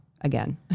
again